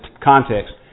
context